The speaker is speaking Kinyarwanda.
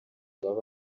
baba